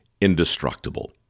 indestructible